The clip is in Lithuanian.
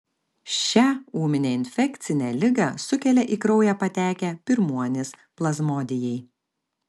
šią ūminę infekcinę ligą sukelia į kraują patekę pirmuonys plazmodijai